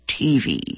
TV